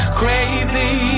crazy